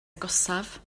agosaf